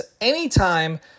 anytime